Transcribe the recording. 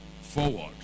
forward